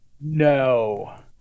No